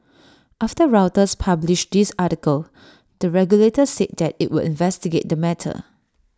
after Reuters published this article the regulator said that IT would investigate the matter